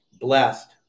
blessed